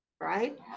right